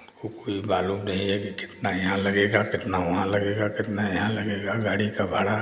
उनको कोई मालूम नहीं है कि कितना यहाँ लगेगा कितना वहाँ लगेगा कितना यहाँ लगेगा गाड़ी का भाड़ा